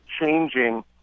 changing